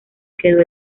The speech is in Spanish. quedó